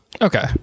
Okay